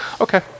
Okay